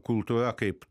kultūra kaip